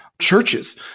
Churches